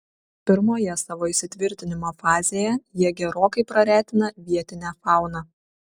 pirmoje savo įsitvirtinimo fazėje jie gerokai praretina vietinę fauną